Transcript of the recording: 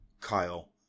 Kyle